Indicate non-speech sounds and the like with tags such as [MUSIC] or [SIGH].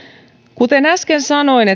kuten äsken sanoin [UNINTELLIGIBLE]